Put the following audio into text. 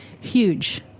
Huge